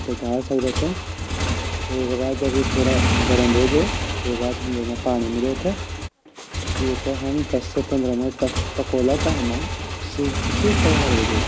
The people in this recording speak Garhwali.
उते ढाल सकदा छिन अर वेगा बाद जब यु जरा गरम वे जो हम येमा पांडी मिले ते दस से पंद्रह मिनट तक पाकोला ता हमा सूप जु ची त्यार वे जोलु।